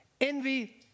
envy